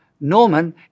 Norman